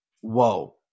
whoa